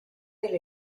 del